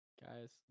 Guys